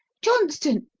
johnston!